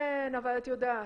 כן אבל את יודעת,